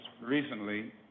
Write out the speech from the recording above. recently